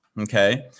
Okay